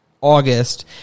August